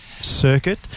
circuit